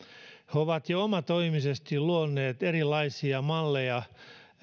he ovat jo omatoimisesti luoneet erilaisia malleja